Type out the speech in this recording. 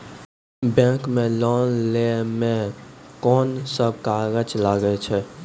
Bank मे loan लै मे कोन सब कागज लागै छै?